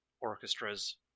orchestras